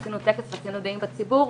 ועשינו טקס ועשינו רישום כידועים בציבור,